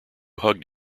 hugged